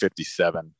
57